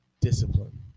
Discipline